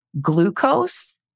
glucose